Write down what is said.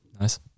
Nice